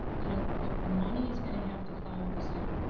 you know the the money is gonna have to follow the student.